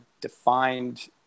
defined